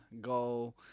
Go